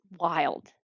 wild